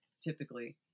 typically